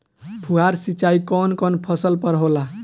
फुहार सिंचाई कवन कवन फ़सल पर होला?